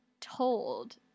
told